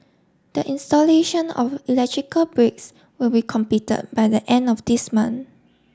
the installation of electrical breaks will be completed by the end of this month